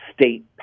state